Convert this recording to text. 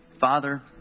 Father